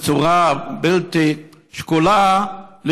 בצורה בלתי שקולה,